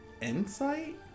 insight